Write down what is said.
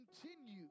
continue